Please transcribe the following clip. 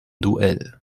duell